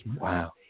Wow